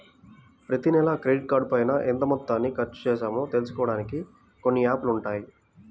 ప్రతినెలా క్రెడిట్ కార్డుపైన ఎంత మొత్తాన్ని ఖర్చుచేశామో తెలుసుకోడానికి కొన్ని యాప్ లు ఉన్నాయి